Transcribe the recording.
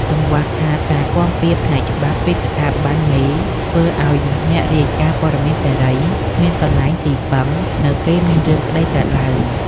កង្វះខាតការគាំពារផ្នែកច្បាប់ពីស្ថាប័នមេ ធ្វើឱ្យអ្នករាយការណ៍ព័ត៌មានសេរី គ្មានកន្លែងទីពឹងនៅពេលមានរឿងក្តីកើតឡើង។